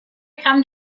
come